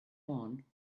one